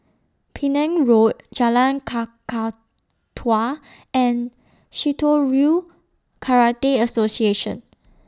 Penang Road Jalan Kakatua and Shitoryu Karate Association